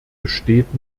besteht